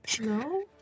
No